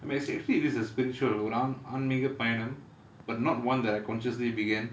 but actually this is a spiritual ஒரு ஓர் ஆன்மீக பயணம்:oru or aanmeega payanam but not [one] that I consciously began